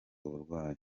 uburwayi